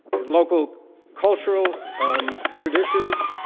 in local cultural um traditions,